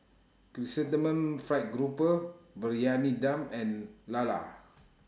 Chrysanthemum Fried Grouper Briyani Dum and Lala